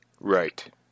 Right